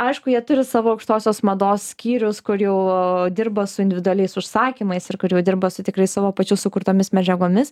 aišku jie turi savo aukštosios mados skyrius kur jau dirba su individualiais užsakymais ir kur jau dirba su tikrai savo pačių sukurtomis medžiagomis